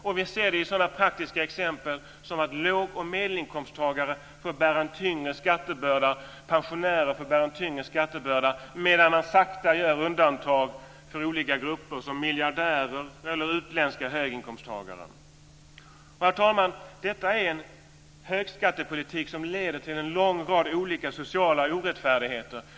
Vi ser det också i sådana praktiska exempel som att låg och medelinkomsttagare och pensionärer får bära en tyngre skattebörda medan man sakta börjar göra undantag för olika grupper som miljardärer och utländska höginkomsttagare. Herr talman! Detta är en högskattepolitik som leder till en lång rad olika sociala orättfärdigheter.